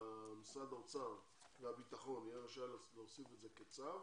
משרד האוצר ומשרד הביטחון יהיו רשאים להוסיף את זה כצו